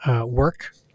work